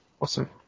awesome